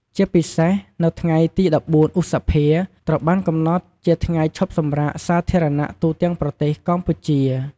ជាពិសេស នៅថ្ងៃទី ១៤ ឧសភា ត្រូវបានកំណត់ជា ថ្ងៃឈប់សម្រាកសាធារណៈនៅទូទាំងប្រទេសកម្ពុជា។